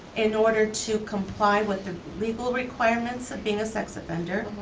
in order to comply with the legal requirements of being a sex offender.